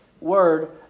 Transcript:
word